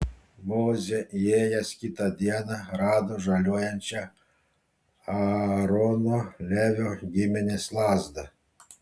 mozė įėjęs kitą dieną rado žaliuojančią aarono levio giminės lazdą